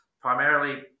primarily